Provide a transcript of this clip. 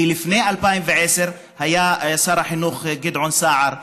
כי לפני 2010,שר החינוך היה גדעון סער ב-2010,